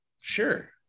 sure